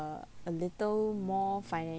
a little more financial